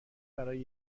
برای